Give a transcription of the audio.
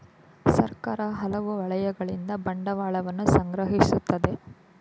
ಸರ್ಕಾರ ಹಲವು ವಲಯಗಳಿಂದ ಬಂಡವಾಳವನ್ನು ಸಂಗ್ರಹಿಸುತ್ತದೆ